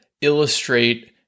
illustrate